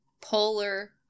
polar